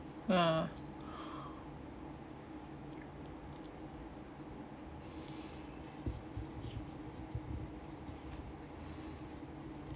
ya